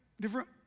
different